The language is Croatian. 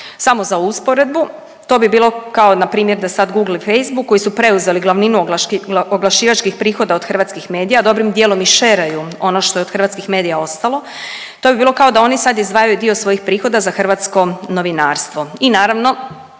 Samo za usporedbu to bi bilo kao npr. da sad Google i Facebook koji su preuzeli glavninu oglašivačkih prihoda od hrvatskih medija dobrim dijelom i sheraju ono što je od hrvatskih medija ostalo, to bi bilo kao da oni sad izdvajaju dio svojih prihoda za hrvatsko novinarstvo